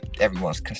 everyone's